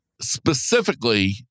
specifically